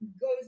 goes